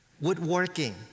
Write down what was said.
woodworking